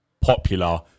popular